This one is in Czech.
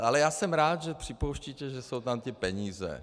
Ale já jsem rád, že připouštíte, že jsou tam ty peníze.